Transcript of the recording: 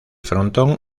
frontón